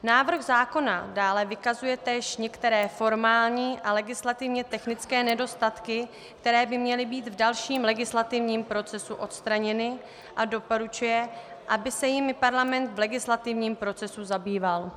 Návrh zákona dále vykazuje též některé formální a legislativně technické nedostatky, které by měly být v dalším legislativním procesu odstraněny, a doporučuje, aby se jimi parlament v legislativní procesu zabýval.